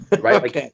Right